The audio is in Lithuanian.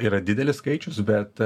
yra didelis skaičius bet